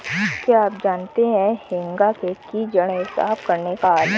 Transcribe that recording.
क्या आप जानते है हेंगा खेत की जड़ें साफ़ करने का हल है?